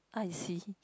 I see